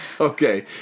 Okay